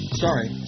Sorry